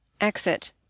Exit